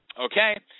okay